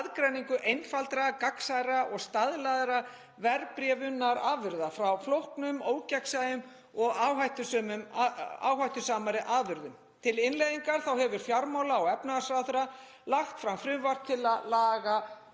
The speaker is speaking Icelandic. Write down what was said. aðgreiningu einfaldra, gagnsærra og staðlaðra verðbréfunarafurða frá flóknum, ógegnsæjum og áhættusamari afurðum. Til innleiðingar hefur fjármála- og efnahagsráðherra lagt fram frumvarp til laga